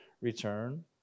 return